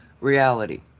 reality